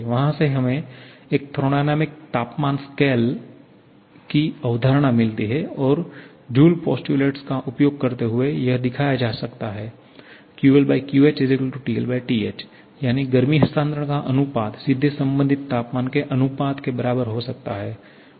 वहां से हमें एक थर्मोडायनेमिक तापमान स्केल thermodynamics temperature सकाले की अवधारणा मिलती है और जूल पोस्ट्युलेट का उपयोग करते हुए यह दिखाया जा सकता है QLQHTLTH यानी गर्मी हस्तांतरण का अनुपात सीधे संबंधित तापमान के अनुपात के बराबर हो सकता है